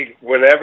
Whenever